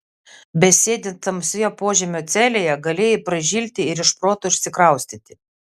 besėdint tamsioje požemio celėje galėjai pražilti ir iš proto išsikraustyti